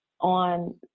on